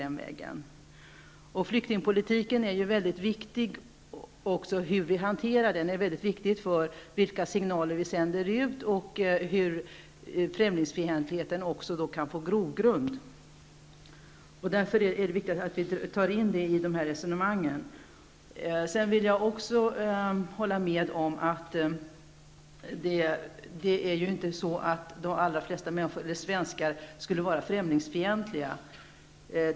När det gäller flyktinpolitiken är det viktigt vilka signaler som vi sänder ut, om den skall få grogrund eller inte. Därför är det viktigt att man tar upp detta i dessa resonemang. Jag skulle också vilja säga att de allra flesta svenskar inte är främlingsfientliga.